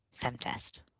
FemTest